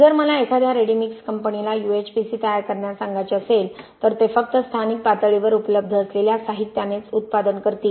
जर मला एखाद्या रेडी मिक्स कंपनीला UHPC तयार करण्यास सांगायचे असेल तर ते फक्त स्थानिक पातळीवर उपलब्ध असलेल्या साहित्यानेच उत्पादन करतील